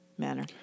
manner